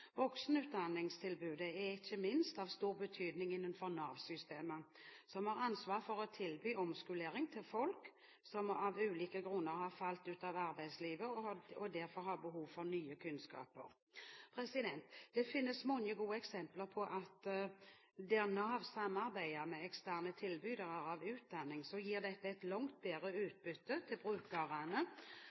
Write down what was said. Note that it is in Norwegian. er ikke minst av stor betydning innenfor Nav-systemet, som har ansvar for å tilby omskolering til folk som av ulike grunner har falt ut av arbeidslivet, og derfor har behov for nye kunnskaper. Det finnes mange gode eksempler på at der Nav samarbeider med eksterne tilbydere av utdanning, gir dette et langt bedre utbytte